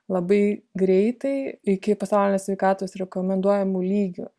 labai greitai iki pasaulinės sveikatos rekomenduojamų lygių